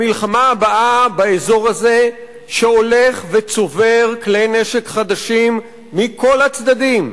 המלחמה הבאה באזור הזה שהולך וצובר כלי נשק חדשים מכל הצדדים,